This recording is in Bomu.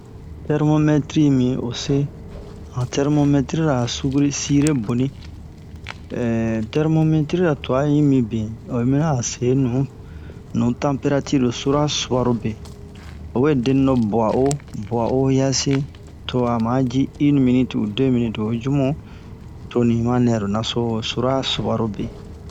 tɛrmomɛtri i mi o se han tɛrmomɛtrira sure sire boni tɛrmomɛtrira tuwa i mibin oyi mina a se nuhu nu tanperatir lo sura subarobe a we deni lo bua'o bua'o yi'ase to a ma ji in minit u de minit to ho yi jumu toni ma nɛro naso sura subarobe